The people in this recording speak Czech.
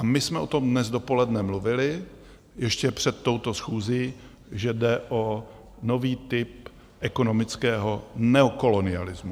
My jsme o tom dnes dopoledne mluvili ještě před touto schůzí, že jde o nový typ ekonomického neokolonialismu.